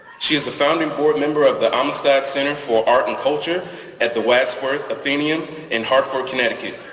she is a founding board member of the amistad center for art and culture at the wadsworth atheneum in hartford connecticut.